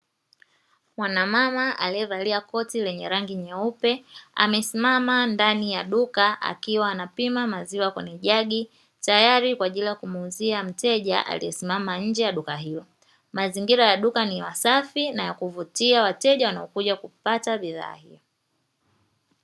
Mwanamama aliyevalia koti lenye rangi nyeupe amesimama ndani ya duka akiwa anapima maziwa kwenye jagi tayari kwa ajili ya kumuuzia mteja aliyesimama nje ya duka hilo, mazingira ya duka ni masafi na ya kuvutia wateja wanaokuja kupata bidhaa.